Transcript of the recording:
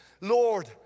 Lord